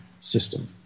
System